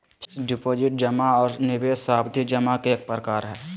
fixed deposit जमा आर निवेश सावधि जमा के एक प्रकार हय